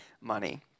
money